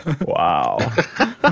Wow